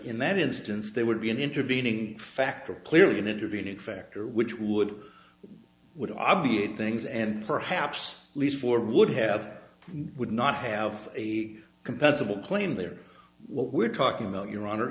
in that instance there would be an intervening factor clearly an intervening factor which would would obviate things and perhaps lease for would have would not have a compatible claim there what we're talking about your honor